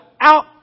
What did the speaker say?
out